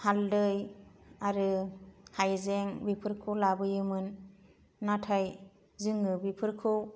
हालदै आरो हाइजें बेफोरखौ लाबोयोमोन नाथाय जोङो बेफोरखौ